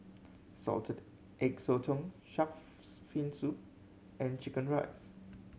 Salted Egg Sotong Shark's Fin Soup and chicken rice